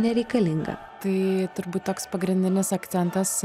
nereikalinga tai turbūt toks pagrindinis akcentas